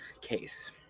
case